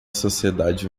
sociedade